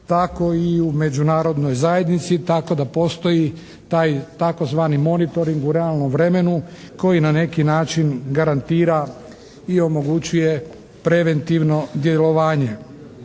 tako i u Međunarodnoj zajednici. Tako da postoji taj tzv. monitoring u realnom vremenu koji na neki način garantira i omogućuje preventivno djelovanje.